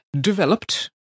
developed